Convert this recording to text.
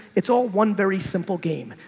it's all one very simple game.